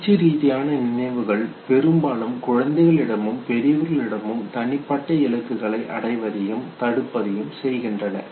உணர்ச்சி ரீதியான நினைவுகள் பெரும்பாலும் குழந்தைகளிடமும் பெரியவர்களிடமும் தனிப்பட்ட இலக்குகளை அடைவதையும் தடுப்பதையும் செய்கின்றன